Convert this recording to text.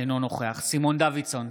אינו נוכח סימון דוידסון,